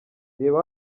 reba